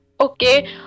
okay